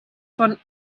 von